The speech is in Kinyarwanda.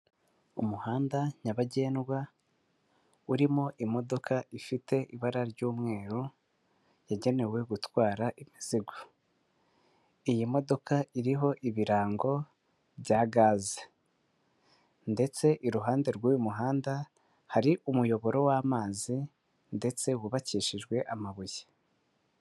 Umuhanda nyabagendwa, urimo imodoka ifite ibara ry'umweru yagenewe gutwara imizigo. Iyi modoka iriho ibirango bya gaze, ndetse iruhande rw'uy'umuhanda hari umuyoboro w'amazi ndetse wubakishijwe amabuye.